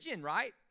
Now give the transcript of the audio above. right